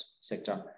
sector